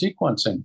sequencing